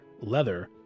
leather